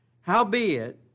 howbeit